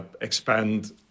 expand